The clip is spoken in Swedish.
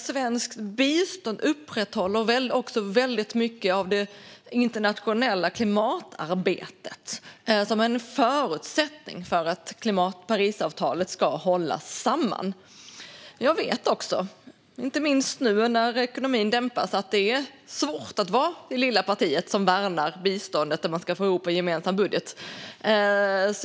Svenskt bistånd upprätthåller också väldigt mycket av det internationella klimatarbetet som är en förutsättning för att Parisavtalet ska hållas samman. Jag vet också, inte minst nu när ekonomin dämpas, att det är svårt att vara det lilla partiet som värnar biståndet när man ska få ihop en gemensam budget.